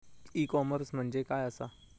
E commerce म्हणजे काय असा?